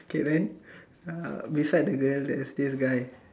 okay then uh beside the girl there's this guy